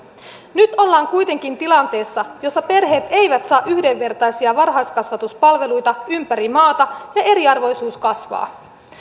nyt ollaan kuitenkin tilanteessa jossa perheet eivät saa yhdenvertaisia varhaiskasvatuspalveluita ympäri maata ja eriarvoisuus kasvaa